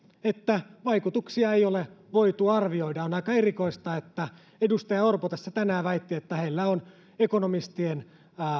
että vaikutuksia ei ole voitu arvioida on aika erikoista että edustaja orpo tässä tänään väitti että heillä on ekonomistien